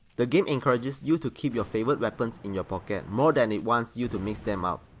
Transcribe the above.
the game encourages you to keep your favored weapons in your pocket more than it wants you to mix them up.